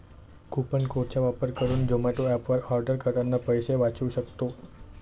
coupon code चा वापर करुन झोमाटो एप वर आर्डर करतांना पैसे वाचउ सक्तो